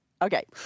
Okay